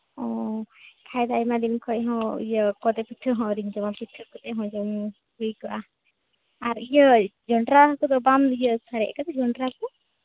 ᱚᱻ ᱵᱟᱠᱷᱟᱱ ᱫᱚ ᱟᱭᱢᱟᱫᱤᱱ ᱠᱷᱚᱱ ᱦᱚᱸ ᱤᱭᱟᱹ ᱠᱷᱚᱫᱮ ᱯᱤᱴᱷᱟᱹ ᱦᱚᱸ ᱟᱹᱣᱨᱤᱧ ᱡᱚᱢᱟ ᱯᱤᱴᱷᱟᱹ ᱠᱟᱛᱮᱫ ᱦᱚᱸ ᱡᱚᱢ ᱦᱩᱭ ᱠᱚᱜᱼᱟ ᱟᱨ ᱤᱭᱟᱹ ᱡᱚᱱᱰᱨᱟ ᱠᱚᱫᱚ ᱵᱟᱢ ᱥᱟᱨᱮᱡ ᱟᱠᱟᱫᱟ ᱡᱚᱱᱰᱨᱟ ᱠᱚ